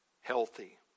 healthy